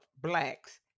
Blacks